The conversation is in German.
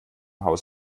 haus